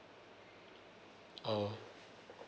uh